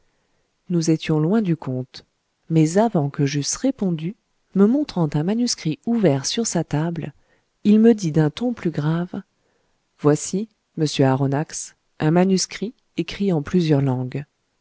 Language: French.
nous étions loin de compte mais avant que j'eusse répondu me montrant un manuscrit ouvert sur sa table il me dit d'un ton plus grave voici monsieur aronnax un manuscrit écrit en plusieurs langues